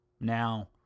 Now